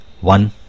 One